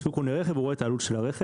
כשהוא קונה רכב הוא רואה את העלות של הרכב,